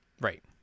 Right